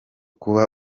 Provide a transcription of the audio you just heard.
kuba